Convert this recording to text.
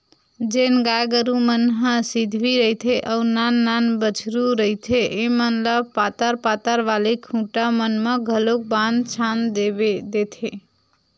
जेन गाय गरु मन ह सिधवी रहिथे अउ नान नान बछरु रहिथे ऐमन ल पातर पातर वाले खूटा मन म घलोक बांध छांद देथे